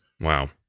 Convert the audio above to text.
Wow